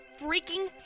freaking